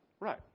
Right